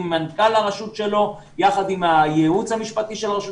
עם מנכ"ל הרשות שלו יחד עם הייעוץ המשפטי של הרשות